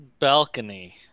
balcony